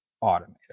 automated